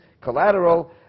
collateral